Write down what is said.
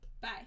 Bye